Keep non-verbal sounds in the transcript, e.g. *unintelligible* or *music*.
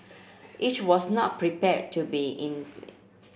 it was not prepared to be *unintelligible*